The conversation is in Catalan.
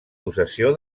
possessió